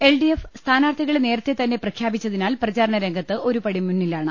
L D F സ്ഥാനാർത്ഥികളെ നേരത്തെ തന്നെ പ്രഖ്യാപിച്ചതിനാൽ പ്രചാര ണരംഗത്ത് ഒരു പടി മുന്നിലാണ്